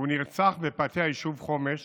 והוא נרצח בפאתי היישוב חומש